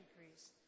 increase